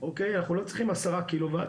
אנחנו לא צריכים 10 קילו וואט,